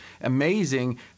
amazing